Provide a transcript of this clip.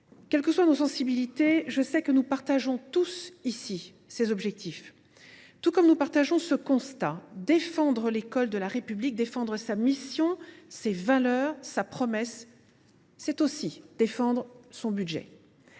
Quelles que soient nos sensibilités, je sais que nous partageons tous ces objectifs, tout comme nous partageons ce constat : défendre l’école de la République, sa mission, ses valeurs, sa promesse, c’est aussi défendre son budget.